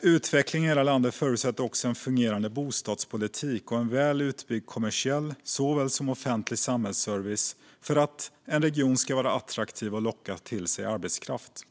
Utveckling i hela landet förutsätter också fungerande bostadspolitik och väl utbyggd kommersiell såväl som offentlig samhällsservice för att en region ska vara attraktiv och locka till sig arbetskraft.